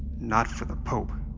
not for the pope,